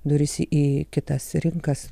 duris į kitas rinkas